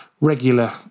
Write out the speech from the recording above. regular